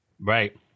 Right